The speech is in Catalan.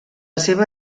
seva